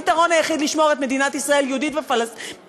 הפתרון היחיד לשמור את מדינת ישראל יהודית ופלסטינית,